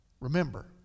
Remember